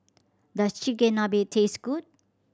does Chigenabe taste good